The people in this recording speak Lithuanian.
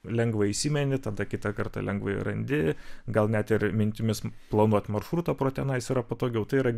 lengvai įsimeni tada kitą kartą lengvai randi gal net ir mintimis planuot maršrutą pro tenais yra patogiau tai yra